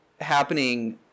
happening